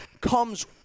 Comes